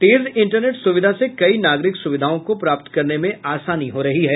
तेज internet सुविधा से कई नागरिक सुविधाओं को प्राप्त करने में आसानी हो रही है